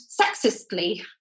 sexistly